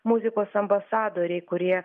muzikos ambasadoriai kurie